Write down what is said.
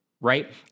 right